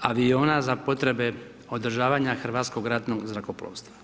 aviona za potrebe održavanja Hrvatskog ratnog zrakoplovstva.